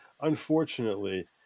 Unfortunately